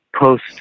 post